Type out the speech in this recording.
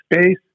space